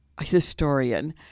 historian